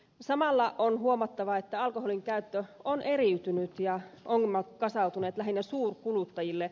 samalla on huomattava että alkoholin käyttö on eriytynyt ja ongelmat kasautuneet lähinnä suurkuluttajille